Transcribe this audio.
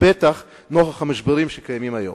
וודאי נוכח המשברים שקיימים היום.